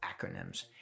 acronyms